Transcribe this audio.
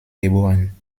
geboren